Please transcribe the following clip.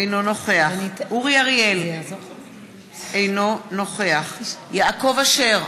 אינו נוכח אורי אריאל, אינו נוכח יעקב אשר,